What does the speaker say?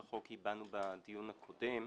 זה חוק שאין בו שום היגיון.